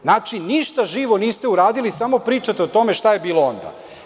Znači, ništa živo niste uradili, samo pričate o tome šta je bilo onda.